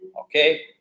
okay